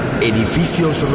edificios